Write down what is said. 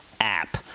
app